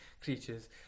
creatures